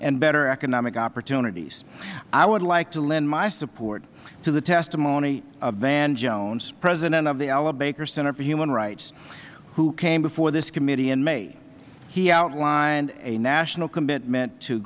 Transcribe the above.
and better economic opportunities i would like to lend my support to the testimony of van jones president of the ella baker center for human rights who came before this committee in may he outlined a national commitment to